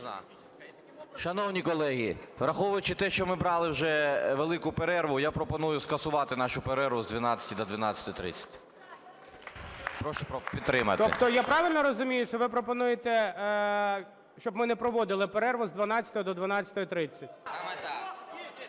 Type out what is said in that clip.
Шановні колеги, враховуючи те, що ми брали вже велику перерву, я пропоную скасувати нашу перерву з 12-ї до 12:30. Прошу підтримати. ГОЛОВУЮЧИЙ. Тобто я правильно розумію, ви пропонуєте, щоб ми не проводили перерви з 12-ї до 12:30?